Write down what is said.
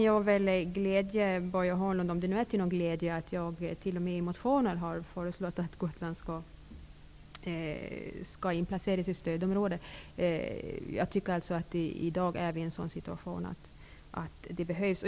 Jag kan glädja Börje Hörnlund -- om det nu är till någon glädje -- med att jag t.o.m. i motioner har föreslagit att Gotland skall inplaceras i stödområde. I dag har vi alltså en sådan situation att det behövs.